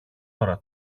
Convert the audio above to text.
ώρα